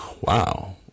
Wow